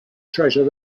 treasure